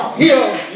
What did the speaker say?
healed